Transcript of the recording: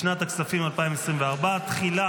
לשנת הכספים 2024. תחילה